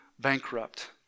bankrupt